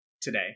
today